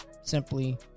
simply